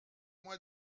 moi